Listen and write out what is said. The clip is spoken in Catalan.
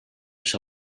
les